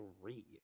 three